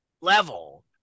level